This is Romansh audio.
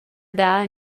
dar